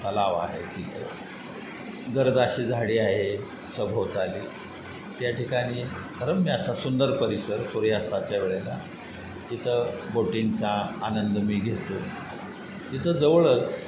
तलाव आहे तिथं गर्द अशी झाडी आहे सभोवताली त्या ठिकाणी रम्य असा सुंदर परिसर सूर्यास्ताच्यावेळेला तिथं बोटिंगचा आनंद मी घेतो तिथं जवळच